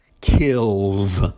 kills